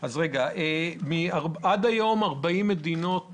רגע, אז עד היום 40 מדינות